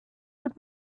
would